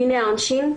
דיני העונשין.